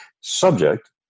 subject